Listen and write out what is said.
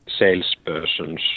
salespersons